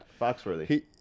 Foxworthy